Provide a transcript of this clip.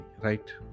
right